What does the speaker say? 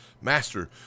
Master